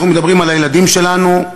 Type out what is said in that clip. אנחנו מדברים על הילדים שלנו,